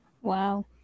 Wow